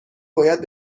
باید